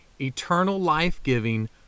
eternal-life-giving